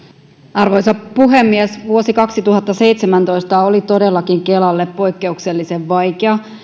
arvoisa puhemies vuosi kaksituhattaseitsemäntoista oli todellakin kelalle poikkeuksellisen vaikea